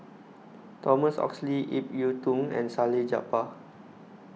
Thomas Oxley Ip Yiu Tung and Salleh Japar